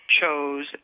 chose